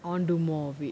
I want do more of it